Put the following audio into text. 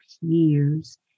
years